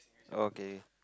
okay